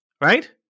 Right